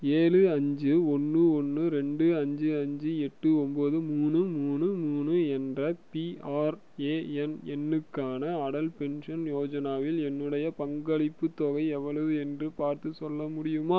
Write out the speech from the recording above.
ஏழு அஞ்சு ஒன்று ஒன்று ரெண்டு அஞ்சு அஞ்சு எட்டு ஒன்பது மூணு மூணு மூணு என்ற பிஆர்ஏஎன் எண்ணுக்கான அடல் பென்ஷன் யோஜனாவில் என்னுடைய பங்களிப்புத் தொகை எவ்வளவு என்று பார்த்துச் சொல்ல முடியுமா